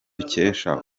dukesha